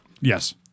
Yes